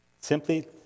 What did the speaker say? simply